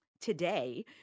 Today